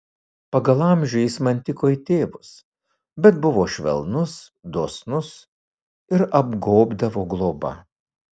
pagal amžių jis man tiko į tėvus bet buvo švelnus dosnus ir apgobdavo globa